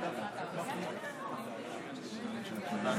דמותך מאוד סקרנה אותי.